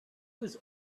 was